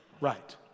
Right